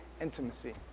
intimacy